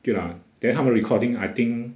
对 lah then 他们 recording I think